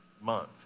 month